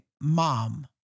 mom